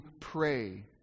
pray